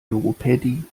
logopädie